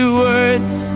words